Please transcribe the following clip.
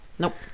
nope